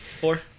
four